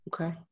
Okay